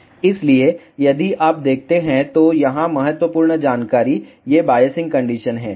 इसलिए यदि आप देखते हैं तो यहाँ महत्वपूर्ण जानकारी ये बाइसिंग कंडीशन हैं